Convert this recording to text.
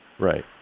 Right